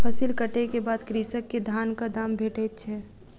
फसिल कटै के बाद कृषक के धानक दाम भेटैत छै